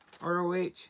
ROH